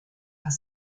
are